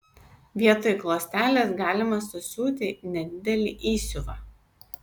vietoj klostelės galima susiūti nedidelį įsiuvą